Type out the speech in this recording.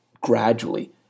gradually